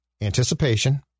Anticipation